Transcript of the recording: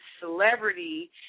celebrity